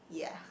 yeah